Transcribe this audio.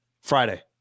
Friday